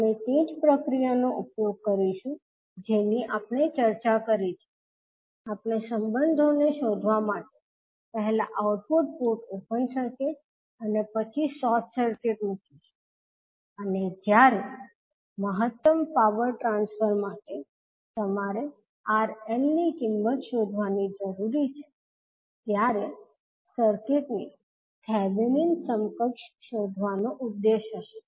આપણે તે જ પ્રક્રિયાનો ઉપયોગ કરીશું જેની આપણે ચર્ચા કરી છે આપણે સંબંધોને શોધવા માટે પહેલા આઉટપુટ પોર્ટ ઓપન સર્કિટ અને પછી શોર્ટ સર્કિટ મૂકીશું અને જ્યારે મહત્તમ પાવર ટ્રાન્સફર માટે તમારે 𝑅𝐿 ની કિંમત શોધવાની જરૂરી છે ત્યારે સર્કિટની થેવેનિન સમકક્ષ શોધવાનો ઉદ્દેશ હશે